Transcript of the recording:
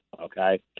okay